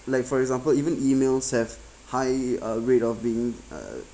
like for example even emails have high rate of being uh